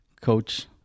coach